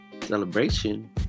celebration